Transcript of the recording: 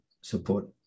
support